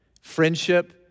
friendship